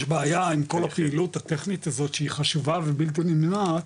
יש בעיה עם כל הפעילות הטכנית הזאת שהיא חשובה ובלתי נמנעת,